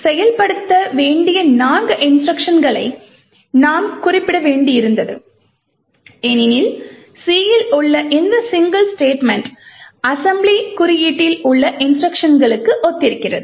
எனவே செயல்படுத்த வேண்டிய நான்கு இன்ஸ்ட்ருக்ஷன்களை நாம் குறிப்பிட வேண்டியிருந்தது ஏனெனில் C இல் உள்ள இந்த சிங்கிள் ஸ்டேட்மெண்ட் அசெம்பிளி கோட்டில் உள்ள இன்ஸ்ட்ருக்ஷன்களுக்கு ஒத்திருக்கிறது